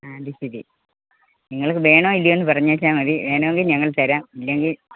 ആ അത് ശരി നിങ്ങൾക്ക് വേണോ ഇല്ലയോന്ന് പറഞ്ഞേച്ചാൽ മതി വേണമെങ്കിൽ ഞങ്ങൾ തരാം ഇല്ലെങ്കിൽ